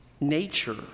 nature